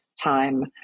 time